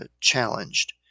challenged